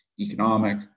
economic